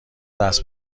دست